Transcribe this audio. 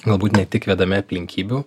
galbūt ne tik vedami aplinkybių